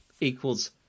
Equals